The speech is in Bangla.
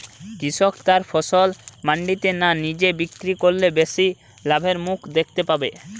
কৃষক তার ফসল মান্ডিতে না নিজে বিক্রি করলে বেশি লাভের মুখ দেখতে পাবে?